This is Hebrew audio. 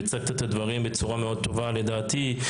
והצגת את הדברים בצורה מאוד טובה לדעתי,